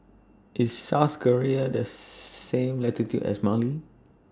IS South Korea Does same latitude as Mali